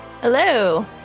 Hello